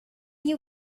you